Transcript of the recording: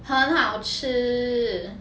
很好吃